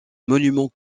monument